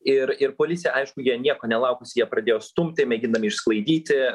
ir ir policija aišku jie nieko nelaukus jie pradėjo stumti mėgindami išsklaidyti